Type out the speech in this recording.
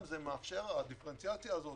הדיפרנציאציה הזאת